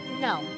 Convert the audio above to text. No